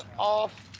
off